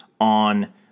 on